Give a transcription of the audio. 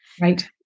Right